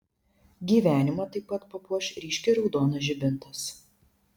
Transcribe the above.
gyvenimą taip pat papuoš ryškiai raudonas žibintas